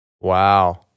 Wow